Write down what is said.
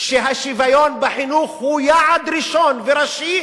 שהשוויון בחינוך הוא יעד ראשון וראשי,